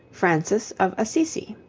francis of assisi.